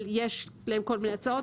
יש להם כל מיני הצעות,